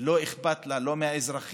לא אכפת לה, לא מהאזרחים,